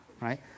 right